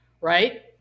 Right